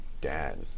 dad